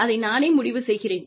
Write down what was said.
அதை நானே முடிவு செய்கிறேன்